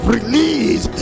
Release